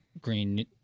green